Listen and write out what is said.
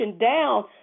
down